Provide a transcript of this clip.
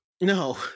No